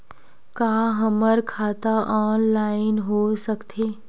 का हमर खाता ऑनलाइन हो सकथे?